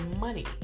money